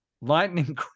Lightning